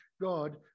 God